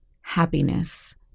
happiness